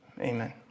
amen